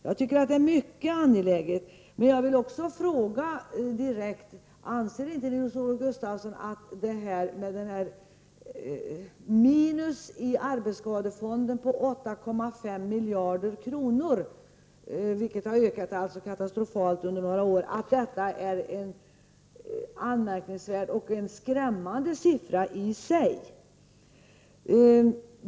Jag tycker att det är mycket angeläget att de synpunkterna kommer fram, men jag vill också fråga direkt: Anser inte Nils-Olof Gustafsson att ett minus i arbetsskadefonden på 8,5 miljarder kronor, alltså en katastrofal ökning under några år, är en anmärkningsvärd och skrämmande siffra i sig?